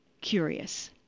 curious